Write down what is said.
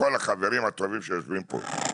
לכל החברים הטובים שיושבים כאן.